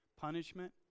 punishment